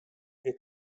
wir